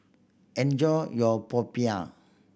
enjoy your popiah